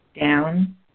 down